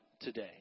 today